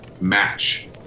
match